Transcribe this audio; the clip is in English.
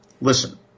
listen